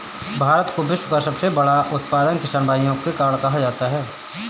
भारत को विश्व का सबसे बड़ा उत्पादक किसान भाइयों के कारण कहा जाता है